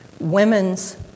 Women's